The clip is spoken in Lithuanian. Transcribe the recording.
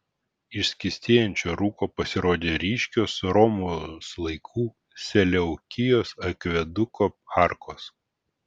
iš skystėjančio rūko pasirodė ryškios romos laikų seleukijos akveduko arkos